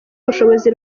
ubushobozi